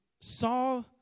saw